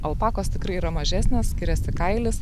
alpakos tikrai yra mažesnės skiriasi kailis